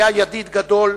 היה ידיד גדול,